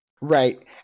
Right